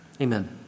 Amen